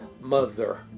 Mother